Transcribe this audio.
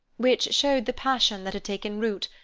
which showed the passion that had taken root,